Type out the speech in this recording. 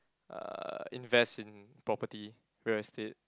uh invest in property real estate